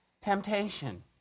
temptation